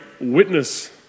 witness